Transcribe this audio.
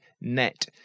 net